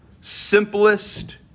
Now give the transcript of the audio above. simplest